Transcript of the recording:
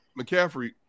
McCaffrey –